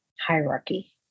hierarchy